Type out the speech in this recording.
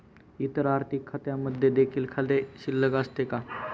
इतर आर्थिक खात्यांमध्ये देखील खाते शिल्लक असते का?